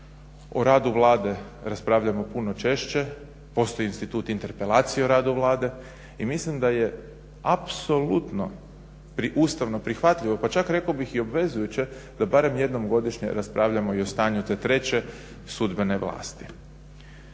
O radu Vlade raspravljamo puno češće, postoji institut interpelacije o radu Vlade i mislim da je apsolutno ustavno prihvatljivo, pa čak rekao bih i obvezujuće da barem jednom godišnje raspravljamo i o stanju te treće sudbene vlasti.